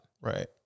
Right